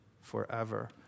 forever